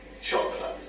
Chocolate